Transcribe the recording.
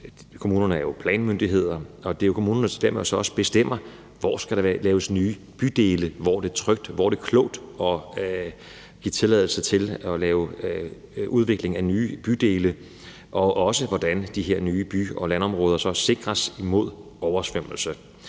Kommunerne er jo planmyndigheder, og det er så dermed også kommunerne, der bestemmer, hvor der skal laves nye bydele – hvor det er trygt, hvor det er klogt at give tilladelse til at lave udvikling af nye bydele, og også, hvordan de her nye by- og landområder så sikres mod oversvømmelse.